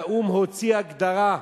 והאו"ם הוציא הגדרה: